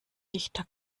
dichter